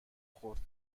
خورد